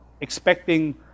expecting